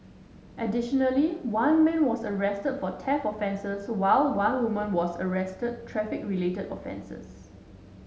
additionally one man was arrested for theft offences while one woman was arrested traffic related offences